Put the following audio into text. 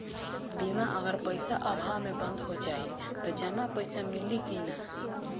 बीमा अगर पइसा अभाव में बंद हो जाई त जमा पइसा मिली कि न?